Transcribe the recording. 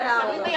תמיד ב-16:00?